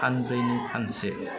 फानब्रैनि फानसे